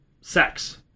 sex